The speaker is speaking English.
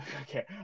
Okay